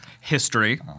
History